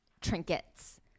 trinkets